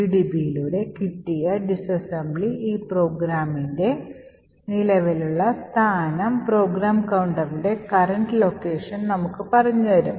gdb യിലൂടെ കിട്ടിയ disassembly ഈ പ്രോഗ്രാമിന്റെ നിലവിലുള്ള സ്ഥാനം പ്രോഗ്രാം കൌണ്ടർൻറെ കറൻറ് ലൊക്കേഷൻ നമുക്ക് പറഞ്ഞു തരും